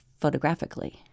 photographically